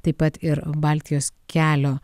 taip pat ir baltijos kelio